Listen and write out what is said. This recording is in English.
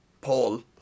Paul